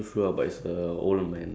like bicycle bicycle